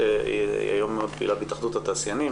היום היא מאוד פעילה בהתאחדות התעשיינים,